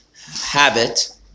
habit